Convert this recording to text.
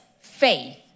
faith